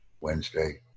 Wednesday